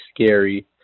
scary